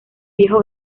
viejo